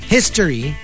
History